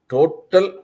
Total